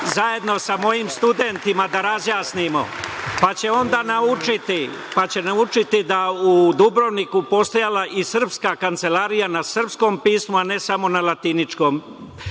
zajedno sa mojim studentima da razjasnimo, pa će onda naučiti da u Dubrovniku je postojala i srpska kancelarija na srpskom pismu, a ne samo na latiničkom. Hrvati